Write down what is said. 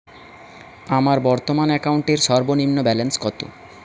আমার বর্তমান অ্যাকাউন্টের সর্বনিম্ন ব্যালেন্স কত?